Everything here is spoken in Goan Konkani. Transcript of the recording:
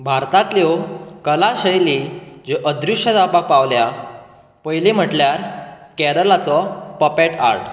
भारतातल्यो कला शैली जे अद्रुश्य जावपाक पावल्यात पयली म्हटल्यार केरळांचो पपेट आर्ट